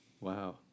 Wow